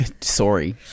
sorry